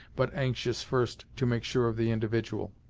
but anxious first to make sure of the individual.